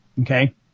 okay